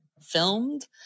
filmed